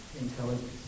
intelligence